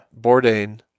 Bourdain